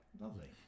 Lovely